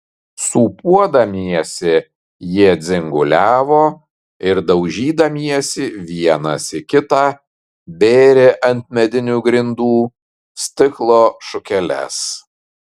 sūpuodamiesi jie dzinguliavo ir daužydamiesi vienas į kitą bėrė ant medinių grindų stiklo šukeles